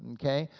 and okay,